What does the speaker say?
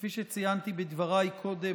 כפי שציינתי בדבריי קודם,